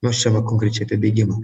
nu aš čia va konkrečiai apie bėgimą